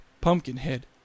Pumpkinhead